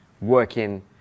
working